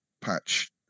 patch